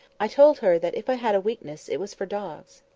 i told her that if i had a weakness, it was for dogs.